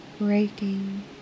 breaking